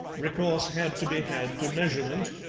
recourse had to be had to measurement,